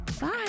Bye